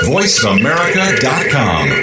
VoiceAmerica.com